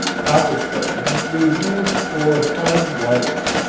copper plating is used for fine wires.